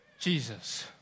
Jesus